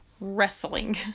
wrestling